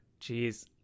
Jeez